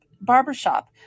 barbershop